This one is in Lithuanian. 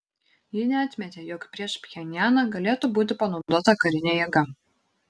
ji neatmetė jog prieš pchenjaną galėtų būti panaudota karinė jėga